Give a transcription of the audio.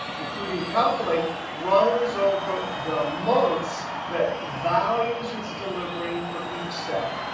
including calculate, runs over the months that values is delivering for each cell.